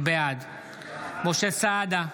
בעד משה סעדה,